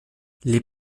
les